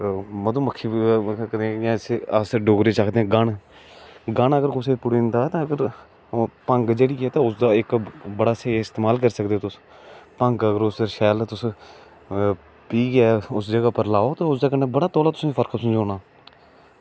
जियां मधुमक्खी अस डोगरी च आखदे गन गन अगर कुसै गी पुड़ी जंदा ते उसी भंग जेह्ड़ी ऐ ते उसदा इक बड़ा स्हेई इस्तेमाल करी सकदे तुस भंग अगर उसदे पर शैल अगर तुस पीहै अगर तुस जगह पर लाओ एह्दे कन्नै बड़ा तौला ठीक फर्क होई जाना